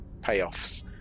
payoffs